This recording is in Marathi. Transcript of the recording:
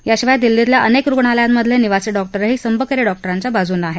याशिवाय दिल्लीतल्या अनेक रुग्णालयामधले निवासी डॉक्टरही संपकरी डॉक्टरांच्या बाजूनं आहेत